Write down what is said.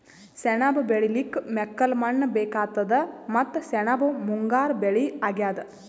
ಸೆಣಬ್ ಬೆಳಿಲಿಕ್ಕ್ ಮೆಕ್ಕಲ್ ಮಣ್ಣ್ ಬೇಕಾತದ್ ಮತ್ತ್ ಸೆಣಬ್ ಮುಂಗಾರ್ ಬೆಳಿ ಅಗ್ಯಾದ್